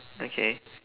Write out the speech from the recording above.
okay